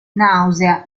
nausea